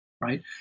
right